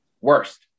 Worst